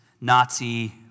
Nazi